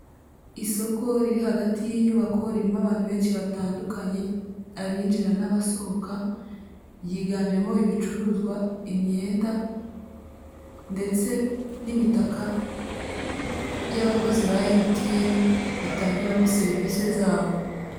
Isoko riri hagati yinyubako ririmo abantu benshi batandukanye, abinjira n'abasohoka, ryiganjemo ibicuruzwa, imyenda ndetse n'imitaka y'abakozi ba MTN batangiramo serivise zabo.